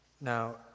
Now